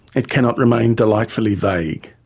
it cannot remain delightfully vague.